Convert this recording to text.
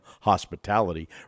hospitality